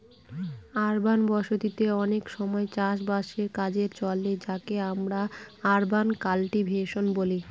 urban বসতি তে অনেক সময় চাষ বাসের কাজে চলে যাকে আমরা আরবান কাল্টিভেশন বলি